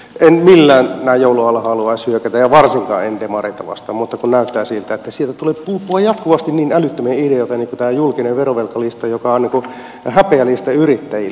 en millään näin joulun alla haluaisi hyökätä ja varsinkaan en demareita vastaan mutta kun näyttää siltä että sieltä pulppuaa jatkuvasti niin älyttömiä ideoita niin kuin tämä julkinen verovelkalista joka on häpeälista yrittäjille